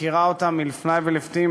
מכירה אותם לפני ולפנים,